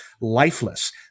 lifeless